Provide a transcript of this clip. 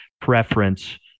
preference